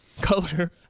Color